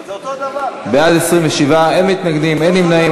בעד, 27, אין מתנגדים, אין נמנעים.